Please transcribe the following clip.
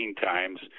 times